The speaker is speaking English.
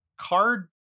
card